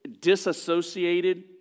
disassociated